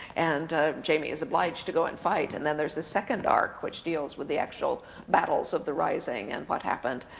and jamie is obliged to go and fight. and then there's this second arc, which deals with the actual battles of the rising and what happened.